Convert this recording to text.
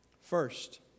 First